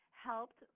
helped